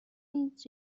نیز